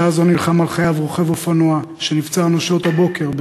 בשעה זו נלחם על חייו רוכב אופנוע שנפצע אנושות הבוקר,